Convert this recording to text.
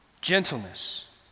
gentleness